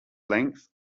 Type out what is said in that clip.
length